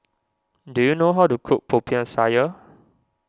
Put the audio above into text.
do you know how to cook Popiah Sayur